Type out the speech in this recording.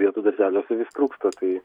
vietų darželiuose vis trūksta tai